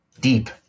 deep